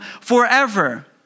forever